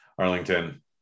Arlington